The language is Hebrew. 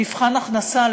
מבחן הכנסה,